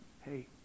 hey